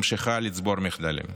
ממשיכה לצבור מחדלים.